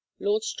Lord